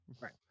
Right